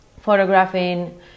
photographing